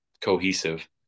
cohesive